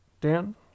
dan